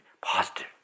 positive